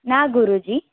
ના ગુરુજી